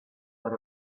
that